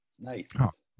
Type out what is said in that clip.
Nice